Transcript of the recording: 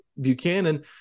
Buchanan